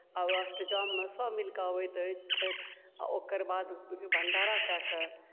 आओर ओ अष्टयाममे सभ मिलके अबैत छथि आओर ओकर बाद भण्डारा कए कऽ